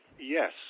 Yes